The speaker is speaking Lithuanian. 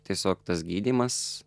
tiesiog tas gydymas